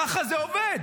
ככה זה עובד.